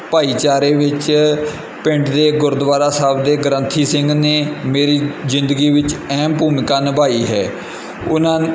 ਭਾਈਚਾਰੇ ਵਿੱਚ ਪਿੰਡ ਦੇ ਗੁਰਦੁਆਰਾ ਸਾਹਿਬ ਦੇ ਗ੍ਰੰਥੀ ਸਿੰਘ ਨੇ ਮੇਰੀ ਜ਼ਿੰਦਗੀ ਵਿੱਚ ਅਹਿਮ ਭੂਮਿਕਾ ਨਿਭਾਈ ਹੈ ਉਹਨਾਂ